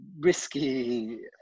risky